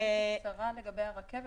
הייתי קצרה לגבי הרכבת,